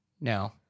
No